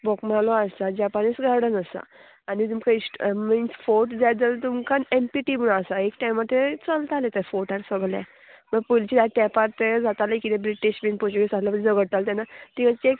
बोकमालो आसा Japanese garden आसा आनी तुमकां इश्ट मिन्स फोर्ट जाय जाल्यार तुमकां एम पी टी म्हण आसा एक टायमार ते चलतालें ते फोर्टार सगळे मागीर पयलींच्या तेंपार तें जाताले कितें ब्रिटीश बीन पोर्चुगीजाआशिल्ले ते झगडटाले तेन्ना ती